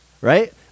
right